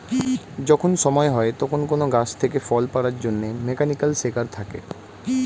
যখন সময় হয় তখন কোন গাছ থেকে ফল পাড়ার জন্যে মেকানিক্যাল সেকার থাকে